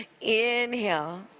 Inhale